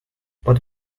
but